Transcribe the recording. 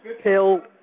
pill